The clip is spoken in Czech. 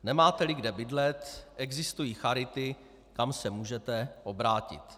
Nemáteli kde bydlet, existují charity, tam se můžete obrátit.